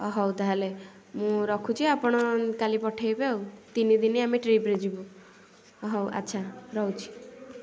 ଅ ହଉ ତାହେଲେ ମୁଁ ରଖୁଛି ଆପଣ କାଲି ପଠେଇବେ ଆଉ ତିନି ଦିନ ଆମେ ଟ୍ରିପରେ ଯିବୁ ହଉ ଆଚ୍ଛା ରହୁଛି